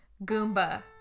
Goomba